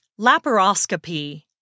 Laparoscopy